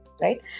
right